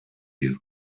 you